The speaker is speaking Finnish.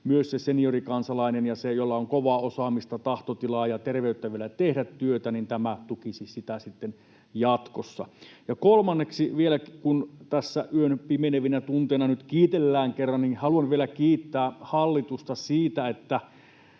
myös seniorikansalaisilta, joilla on kovaa osaamista, tahtotilaa ja terveyttä vielä tehdä työtä, ja tämä tukisi sitä sitten jatkossa. Kolmanneksi — kun tässä yön pimenevinä tunteina nyt kerran kiitellään — haluan vielä kiittää hallitusta siitä, kun